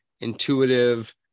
intuitive